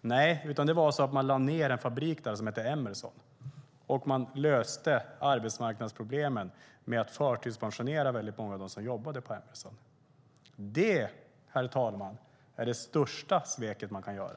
Nej, det var i stället så att man där lade ned en fabrik som hette Emerson. Man löste arbetsmarknadsproblemen med att förtidspensionera väldigt många av dem som jobbade på Emerson. Det, herr talman, är det största sveket man kan göra.